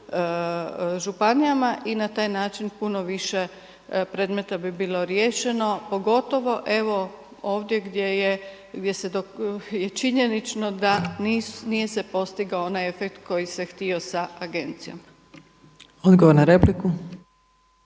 županijama i na taj način puno više predmeta bi bilo riješeno. Pogotovo evo ovdje gdje je činjenično da se nije postigao onaj efekt koji se htio sa agencijom. **Opačić,